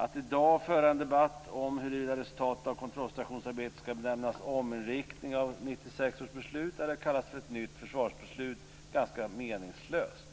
Att i dag föra en debatt om huruvida resultatet av kontrollstationsarbetet skall benämnas ominriktning av 1996 års beslut eller ett nytt försvarsbeslut är ganska meningslöst.